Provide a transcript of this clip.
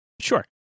sure